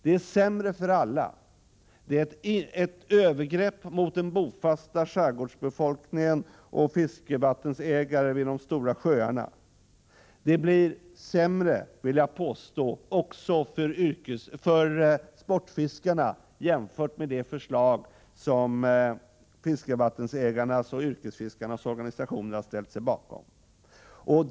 Det är sämre för alla, och det är ett övergrepp mot den bofasta skärgårdsbefolkningen och fiskevattensägare vid de stora sjöarna. Jag vill påstå att det också blir sämre för sportfiskarna jämfört med det förslag som fiskevattensägarnas och yrkesfiskarnas organisationer har ställt sig bakom.